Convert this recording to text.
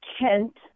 Kent